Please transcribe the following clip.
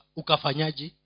ukafanyaji